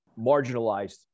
marginalized